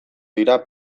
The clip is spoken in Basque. dira